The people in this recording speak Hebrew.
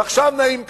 ועכשיו נעים קדימה.